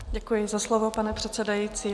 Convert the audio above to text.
Děkuji za slovo, pane předsedající.